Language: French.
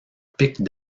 pic